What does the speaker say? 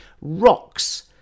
Rocks